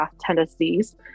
tendencies